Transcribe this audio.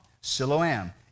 Siloam